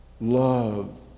love